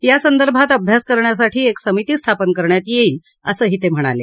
यासंदर्भात अभ्यास करण्यासाठी एक समिती स्थापन करण्यात येईल असंही ते म्हणाले